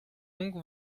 donc